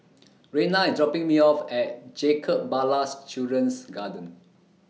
Reyna IS dropping Me off At Jacob Ballas Children's Garden